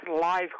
live